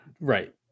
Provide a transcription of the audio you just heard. right